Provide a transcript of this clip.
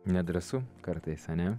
nedrąsu kartais ane